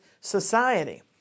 society